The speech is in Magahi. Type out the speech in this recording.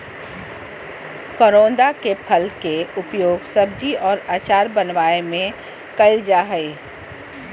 करोंदा के फल के उपयोग सब्जी और अचार बनावय में कइल जा हइ